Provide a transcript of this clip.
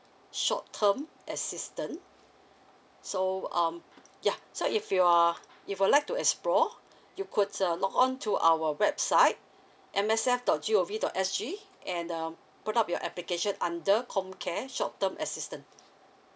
short term assistance so um ya so if you're if you'd like to explore you could uh log on to our website M S F dot G O V dot S G and um put up your application under comcare short term assistance